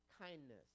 kindness